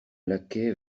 laquais